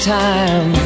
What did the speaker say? time